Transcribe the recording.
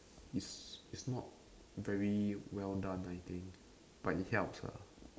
is is not very well done I think but it helps ah